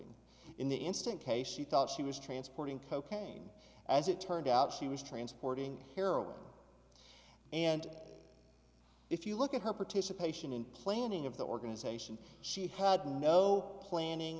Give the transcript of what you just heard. g in the instant case she thought she was transporting cocaine as it turned out she was transporting heroin and if you look at her participation in planning of the organization she had no planning